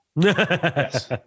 Yes